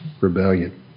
rebellion